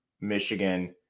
Michigan